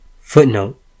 Footnote